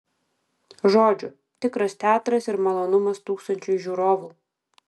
žodžiu tikras teatras ir malonumas tūkstančiui žiūrovų